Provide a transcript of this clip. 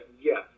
yes